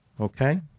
Okay